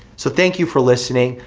so thank you for listening,